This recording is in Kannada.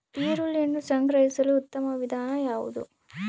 ಈರುಳ್ಳಿಯನ್ನು ಸಂಗ್ರಹಿಸಲು ಉತ್ತಮ ವಿಧಾನ ಯಾವುದು?